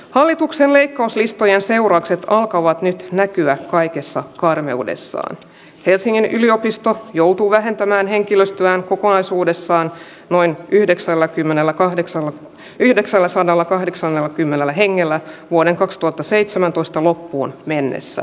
hallituksen leikkauslistoja seuraukset alkavat nyt näkyä kaikessa karmeudessaan helsingin yliopisto joutuu vähentämään henkilöstöään kokonaisuudessaan noin yhdeksälläkymmenelläkahdeksalla yhdeksälläsadallakahdeksallakymmenellä hengellä vuoden kaksituhattaseitsemäntoista loppuun mennessä